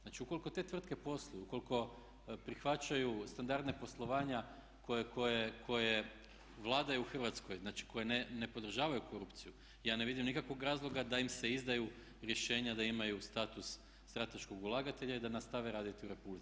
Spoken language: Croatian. Znači, ukoliko te tvrtke posluju, ukoliko prihvaćaju standarde poslovanja koje vladaju u Hrvatskoj, znači koje ne podržavaju korupciju ja ne vidim nikakvog razloga da im se izdaju rješenja da imaju status strateškog ulagatelja i da nastave raditi u Republici Hrvatskoj.